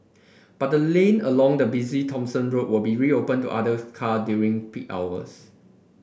but the lane along the busy Thomson Road will be reopened to other car during peak hours